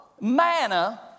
Manna